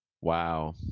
Wow